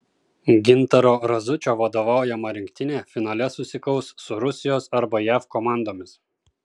gintaro razučio vadovaujama rinktinė finale susikaus su rusijos arba jav komandomis